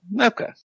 Okay